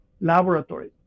laboratory